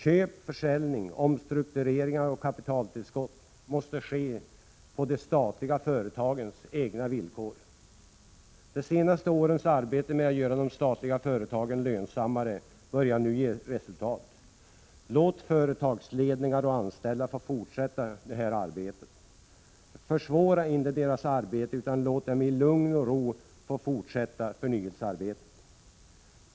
Köp, försäljningar, omstruktureringar och kapitaltillskott måste ske på de statliga företagens egna villkor. De senaste årens arbete med att göra de statliga företagen lönsammare 59 börjar nu ge resultat. Låt företagsledningar och anställda få fortsätta detta arbete. Försvåra inte deras arbete utan låt dem i lugn och ro få fortsätta förnyelsearbetet.